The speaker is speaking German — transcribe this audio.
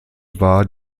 war